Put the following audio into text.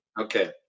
okay